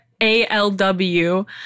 ALW